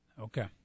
Okay